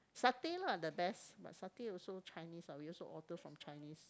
satay lah the best but satay also Chinese what we also order from Chinese